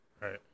Right